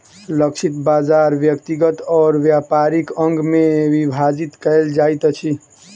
लक्षित बाजार व्यक्तिगत और व्यापारिक अंग में विभाजित कयल जाइत अछि